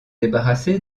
débarrassé